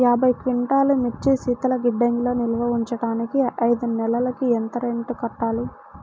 యాభై క్వింటాల్లు మిర్చి శీతల గిడ్డంగిలో నిల్వ ఉంచటానికి ఐదు నెలలకి ఎంత రెంట్ కట్టాలి?